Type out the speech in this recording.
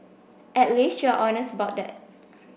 at least you're honest about that